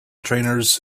trainers